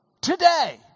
today